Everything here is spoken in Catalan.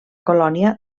colònia